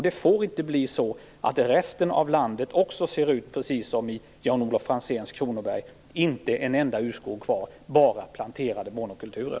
Det får inte bli så att resten av landet också kommer att se ut precis som Jan-Olof Franzéns Kronoberg, inte en enda urskog kvar utan bara planterade monokulturer.